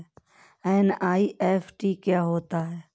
NEFT क्या होता है?